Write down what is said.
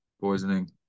poisoning